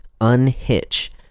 unhitch